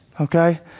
Okay